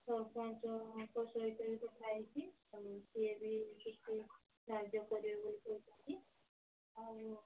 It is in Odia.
ସରପଞ୍ଚଙ୍କ ସହିତ ବି କଥା ହେଇକି ସେ ବି କିଛି ସାହାଯ୍ୟ କରିବେ ଆଉ